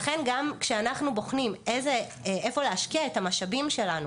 לכן כשאנחנו בוחנים איפה להשקיע את המשאבים שלנו